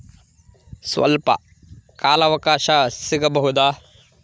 ಸ್ವಲ್ಪ ಕಾಲ ಅವಕಾಶ ಸಿಗಬಹುದಾ?